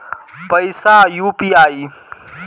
पैसा यू.पी.आई?